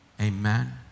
Amen